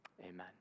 Amen